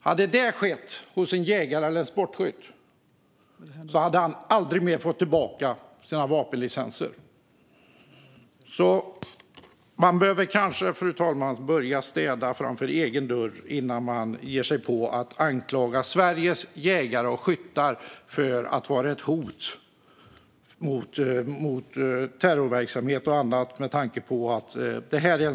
Hade detta skett hos en jägare eller en sportskytt hade han aldrig fått tillbaka sina vapenlicenser. Man behöver kanske städa framför egen dörr innan man ger sig på att anklaga Sveriges jägare och skyttar för att vara ett hot genom terrorverksamhet och annat.